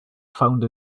found